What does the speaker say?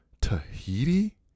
tahiti